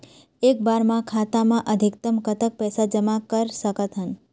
एक बार मा खाता मा अधिकतम कतक पैसा जमा कर सकथन?